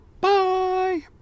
Bye